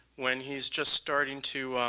when he's just starting to